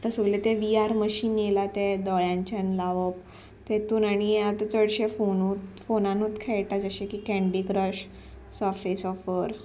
आतां सोगलें तें वी आर मशीन येयला ते दोळ्यांच्यान लावप तेतून आनी आतां चडशे फोनूत फोनानूत खेळटा जशें की कँडी क्रश सोफेस ऑफर